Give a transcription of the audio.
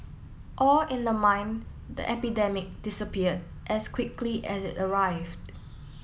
all in the mind the epidemic disappeared as quickly as it arrived